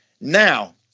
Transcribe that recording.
Now